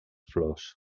flors